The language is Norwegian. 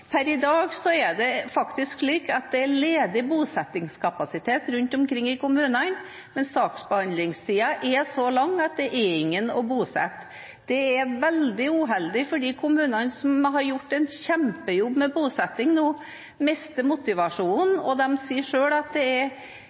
Per i dag er det faktisk slik at det er ledig bosettingskapasitet rundt omkring i kommunene, men saksbehandlingstida er så lang at det er ingen å bosette. Det er veldig uheldig, for de kommunene som har gjort en kjempejobb med bosetting, mister nå motivasjonen. De sier selv at